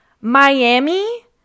Miami